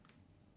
orh